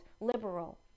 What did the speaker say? liberal